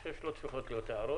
אני חושב שלא צריכות להיות הערות.